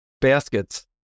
baskets